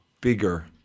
bigger